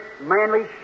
manly